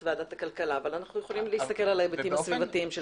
אבל אנחנו יכולים להסתכל על ההיבטים הסביבתיים של